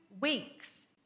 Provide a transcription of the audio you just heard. weeks